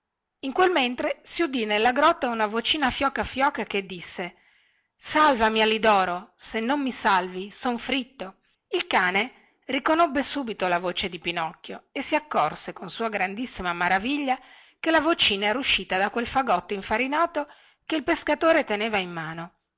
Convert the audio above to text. in quel mentre si udì nella grotta una vocina fioca fioca che disse salvami alidoro se non mi salvi son fritto il cane riconobbe subito la voce di pinocchio e si accorse con sua grandissima maraviglia che la vocina era uscita da quel fagotto infarinato che il pescatore teneva in mano